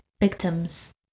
victims